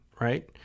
right